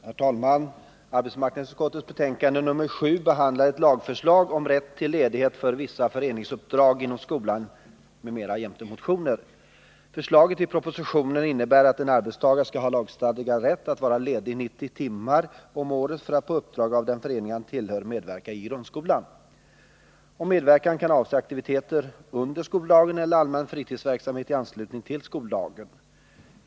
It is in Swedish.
Herr talman! Arbetsmarknadsutskottets betänkande nr 7 behandlar ett lagförslag om rätt till ledighet för vissa föreningsuppdrag inom skolan, m.m. jämte motioner. Förslaget i propositionen innebär att en arbetstagare skall ha lagstadgad rätt att vara ledig 90 timmar om året för att på uppdrag av den förening som han tillhör medverka i grundskolan. Medverkan kan avse aktiviteter under skoldagen eller allmän fritidsverksamhet i anslutning till skoldagen.